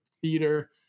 theater